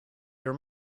your